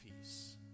peace